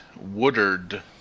Woodard